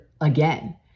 again